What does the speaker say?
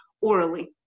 orally